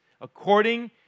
according